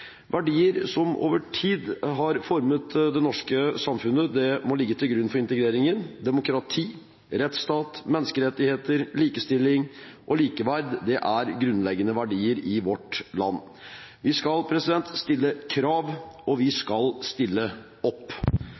Verdier som over tid har formet det norske samfunnet, må ligge til grunn for integreringen – demokrati, rettsstat, menneskerettigheter, likestilling og likeverd er grunnleggende verdier i vårt land. Vi skal stille krav, og vi skal stille opp.